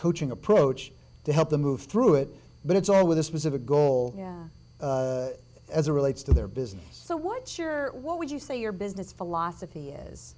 coaching approach to help them move through it but it's all with a specific goal as a relates to their business so what's your what would you say your business philosophy is